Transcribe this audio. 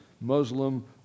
Muslim